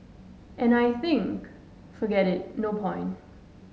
and I think forget it no point